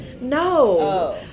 No